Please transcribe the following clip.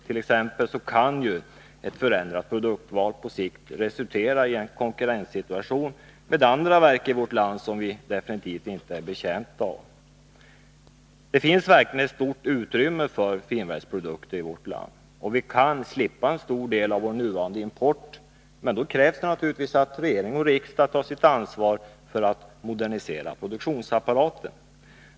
T. ex. kan ju ett förändrat produktval på sikt resultera i en konkurrens med andra verk i vårt land som vi inte är betjänta av. Det finns stort utrymme för finverksprodukter i vårt land. Vi skulle kunna slippa en stor del av vår nuvarande import, men det krävs att regering och riksdag tar sitt ansvar för att modernisera produktionsapparaten.